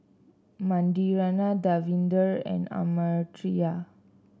Manindra Davinder and Amartya